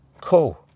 cool